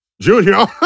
Junior